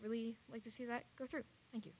really like to see that go through